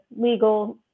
legal